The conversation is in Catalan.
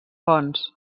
fonts